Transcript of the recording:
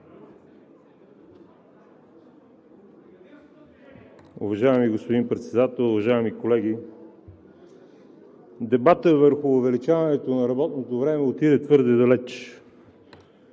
Уважаеми господин Председател, уважаеми колеги! Дебатът върху увеличаването на работното време отиде твърде далеч.